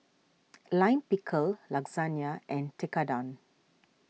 Lime Pickle Lasagna and Tekkadon